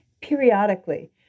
periodically